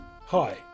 Hi